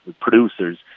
producers